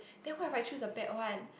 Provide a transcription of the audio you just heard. that why I choose the bad one